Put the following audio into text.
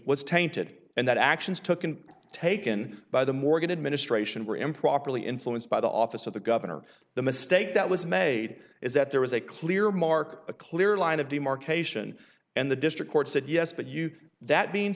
was tainted and that actions tooken taken by the morgan administration were improperly influenced by the office of the governor the mistake that was made is that there was a clear mark a clear line of demarcation and the district court said yes but you that being